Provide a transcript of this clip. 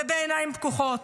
ובעיניים פקוחות.